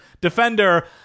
defender